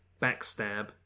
backstab